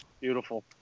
beautiful